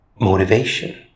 motivation